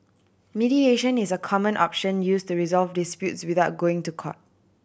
mediation is a common option use to resolve disputes without going to court